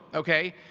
okay?